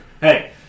Hey